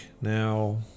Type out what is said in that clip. Now